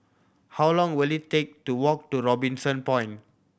how long will it take to walk to Robinson Point